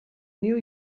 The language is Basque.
new